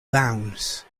bounce